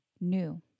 new